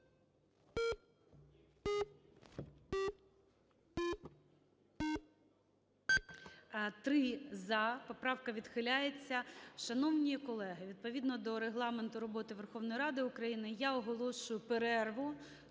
Поправка відхиляється. Шановні колеги, відповідно до Регламенту роботи Верховної Ради України, я оголошую перерву